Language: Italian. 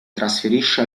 trasferisce